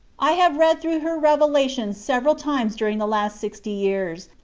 i have read through her revelations several times during the last sixty years,